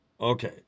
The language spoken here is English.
Okay